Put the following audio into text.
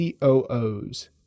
COOs